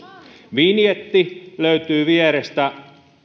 vinjetti löytyy tästä vierestä